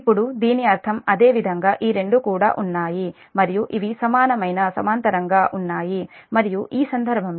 ఇప్పుడు దీని అర్థం అదేవిధంగా ఈ రెండు కూడా ఉన్నాయి మరియు ఇవి సమానమైన సమాంతరంగా ఉన్నాయి మరియు ఈ సందర్భంలో ఇది j3